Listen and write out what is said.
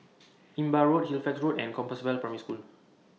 Imbiah Road Halifax Road and Compassvale Primary School